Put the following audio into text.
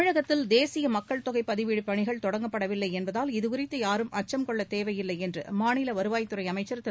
தமிழகத்தில் தேசிய மக்கள் தொகை பதிவேடு பணிகள் தொடங்கப்படவில்லை என்பதால் இதுகுறித்து யாரும் அச்சும் கொள்ளத் தேவையில்லை என்று மாநில வருவாய்த்துறை அமைச்ச் திரு